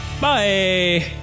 Bye